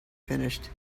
finished